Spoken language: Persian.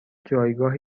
جایگاه